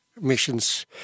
missions